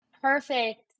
Perfect